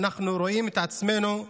ואנחנו רואים את עצמנו,